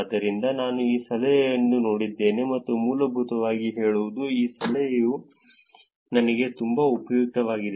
ಆದ್ದರಿಂದ ನಾನು ಈ ಸಲಹೆಯನ್ನು ನೋಡಿದ್ದೇನೆ ಎಂದು ಮೂಲಭೂತವಾಗಿ ಹೇಳುವುದು ಈ ಸಲಹೆಯು ನನಗೆ ತುಂಬಾ ಉಪಯುಕ್ತವಾಗಿದೆ